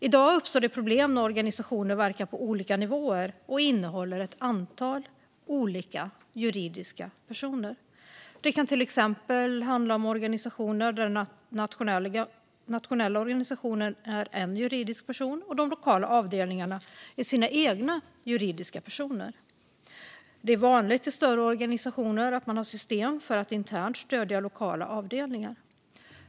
I dag uppstår det problem när organisationer verkar på olika nivåer och innehåller ett antal olika juridiska personer. Det kan till exempel handla om organisationer där den nationella organisationen är en juridisk person och de lokala avdelningarna är sina egna juridiska personer. Det är vanligt i större organisationer att man har system för att internt stödja lokala avdelningar.